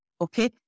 okay